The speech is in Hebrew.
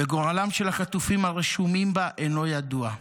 וגורלם של החטופים הרשומים בה אינו ידוע.